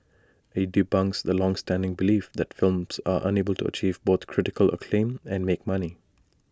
IT debunks the longstanding belief that films are unable to achieve both critical acclaim and make money